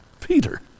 Peter